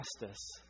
justice